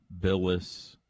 billis